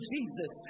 Jesus